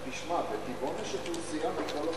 תשמע, בטבעון יש אוכלוסייה מכל החתכים.